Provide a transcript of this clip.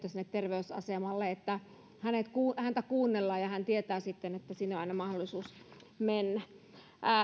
sinne terveysasemalle että häntä kuunnellaan ja hän tietää sitten että sinne on aina mahdollisuus mennä